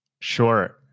Sure